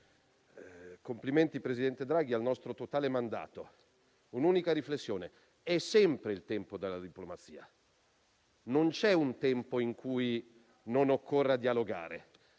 Complimenti, presidente Draghi, ha il nostro totale mandato. Un'unica riflessione: è sempre il tempo della diplomazia. Non c'è un tempo in cui non occorra dialogare.